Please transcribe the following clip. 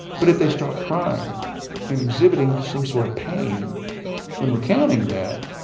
but if they start crying and exhibiting some sort of pain when recounting that.